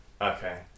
okay